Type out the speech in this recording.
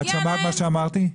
את שמעת מה שאמרתי?